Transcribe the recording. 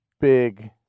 big